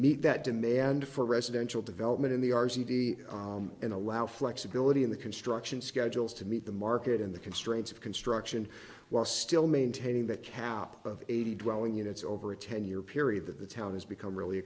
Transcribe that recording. meet that demand for residential development in the r c d and allow flexibility in the construction schedules to meet the market in the constraints of construction while still maintaining that cap of eighty dwelling units over a ten year period that the town has become really